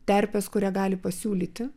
terpės kurią gali pasiūlyti